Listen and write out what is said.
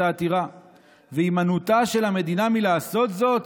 העתירה והימנעותה של המדינה מלעשות זאת